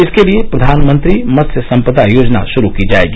इसके लिए प्रधानमंत्री मत्स्य संपदा योजना श्रू की जाएगी